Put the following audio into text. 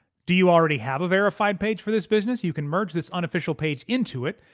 do you already have a verified page for this business? you can merge this unofficial page into it.